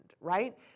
right